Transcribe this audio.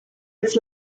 its